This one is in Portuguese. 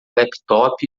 laptop